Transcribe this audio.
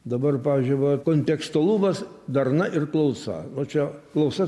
dabar pavyzdžiui va kontekstualumas darna ir klausa nu čia klausas